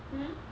hmm